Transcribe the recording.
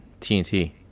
tnt